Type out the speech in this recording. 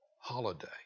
holiday